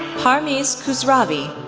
parmiss khosravi,